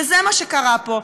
וזה מה שקרה פה.